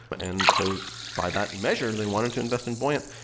and so by that measure, they wanted to invest in buoyant.